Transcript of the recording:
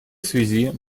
связи